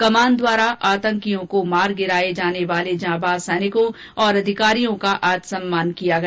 कमान द्वारा आतंकियों को मार गिराने वाले जांबाज सैनिकों और अधिकारियों का आज सम्मान किया गया